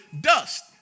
dust